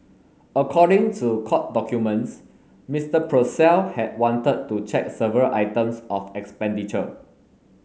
according to court documents Mister Purcell had wanted to check several items of expenditure